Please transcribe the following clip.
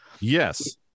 Yes